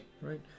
right